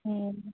অ'